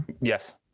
yes